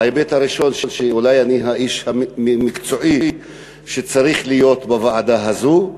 ההיבט הראשון הוא שאולי אני האיש המקצועי שצריך להיות בוועדה הזאת,